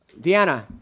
Deanna